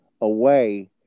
away